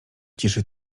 ciszy